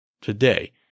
today